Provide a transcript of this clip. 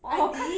我我看